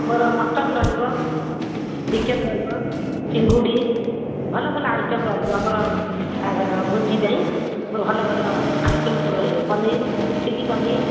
ମୋର ମଟନ୍ ରହିବ ଚିକେନ୍ ରହିବ ଚିଙ୍ଗୁଡ଼ି ଭଲ ଭଲ ଆଇଟମ୍ ରହିବ ଆମର ବାହାଘର ଭୋଜି ପାଇଁ ମୋର ଭଲ ଭଲ ଆଇଟମ୍ ସବୁ ରହିବ ପନିର ଚିଲ୍ଲୀ ପନିର